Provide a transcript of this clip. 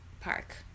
park